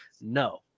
No